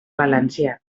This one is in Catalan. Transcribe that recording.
valencians